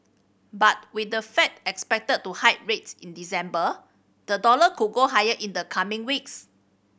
but with the Fed expected to hike rates in December the dollar could go higher in the coming weeks